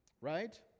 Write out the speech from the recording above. right